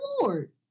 Award